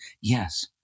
Yes